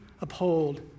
uphold